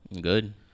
Good